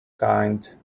kind